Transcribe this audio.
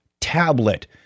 tablet